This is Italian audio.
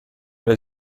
del